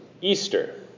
Easter